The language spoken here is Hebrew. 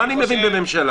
מה אני מבין בממשלה?